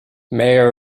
mayor